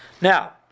Now